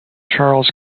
charles